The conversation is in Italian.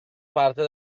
parte